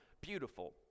beautiful